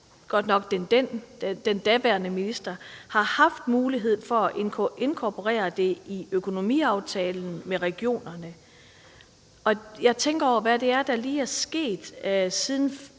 godt nok den daværende minister – har haft muligheden for at inkorporere det i økonomiaftalen med regionerne. Jeg tænker på, hvad det er, der lige er sket, siden